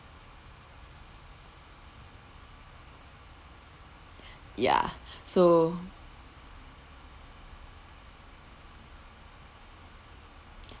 ya so